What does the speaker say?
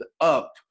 up